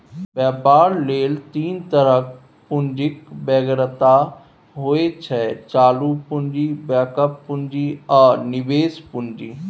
बेपार लेल तीन तरहक पुंजीक बेगरता होइ छै चालु पुंजी, बैकअप पुंजी आ निबेश पुंजी